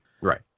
Right